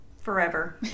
forever